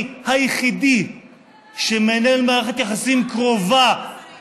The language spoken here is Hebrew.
ונקרא ללוקים בה,